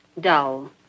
Dull